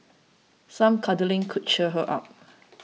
some cuddling could cheer her up